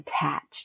attached